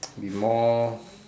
be more